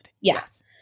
Yes